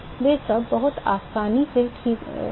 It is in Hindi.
वे सब बहुत आसानी से हो जाते हैं